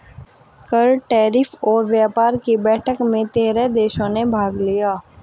कर, टैरिफ और व्यापार कि बैठक में तेरह देशों ने भाग लिया